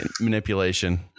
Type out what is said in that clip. Manipulation